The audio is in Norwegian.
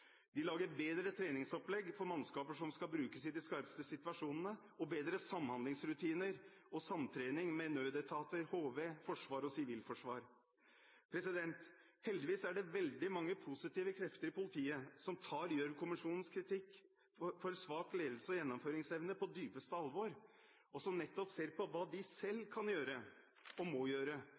De lager bedre treningsopplegg for mannskaper som skal brukes i de skarpeste situasjonene, og bedre samhandlingsrutiner og samtrening med nødetater, HV, forsvar og sivilforsvar. Heldigvis er det veldig mange positive krefter i politiet som tar Gjørv-kommisjonens kritikk om for svak ledelse og gjennomføringsevne på dypeste alvor og som nettopp ser på hva de selv kan gjøre – og må gjøre